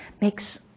makes